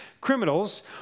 criminals